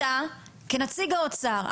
אתה כנציג האוצר,